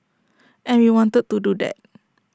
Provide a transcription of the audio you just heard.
and we wanted to do that